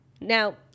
Now